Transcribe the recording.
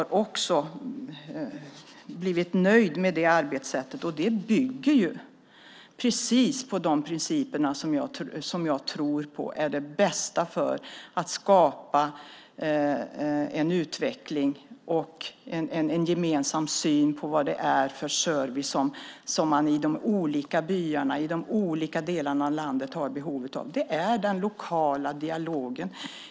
Detta bygger precis på de principer som jag tror är de bästa för att skapa en utveckling och en gemensam syn på vilken service som man i olika byar i olika delar av landet har behov av. Det handlar om den lokala dialogen.